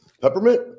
Peppermint